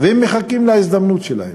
והם מחכים להזדמנות שלהם.